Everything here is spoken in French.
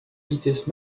vitesse